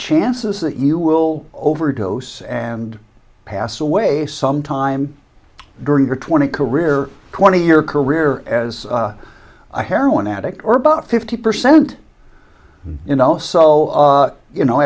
chances that you will overdose and pass away some time during your twenty career twenty year career as i heroin addict or about fifty percent you know so you know